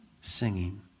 singing